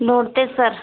ನೋಡ್ತೀವಿ ಸರ್